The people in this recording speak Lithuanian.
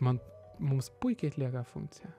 man mums puikiai atlieka funkciją